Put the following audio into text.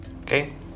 Okay